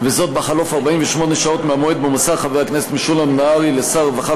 וזאת בחלוף 48 שעות מהמועד שבו מסר חבר הכנסת משולם נהרי לשר הרווחה